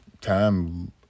Time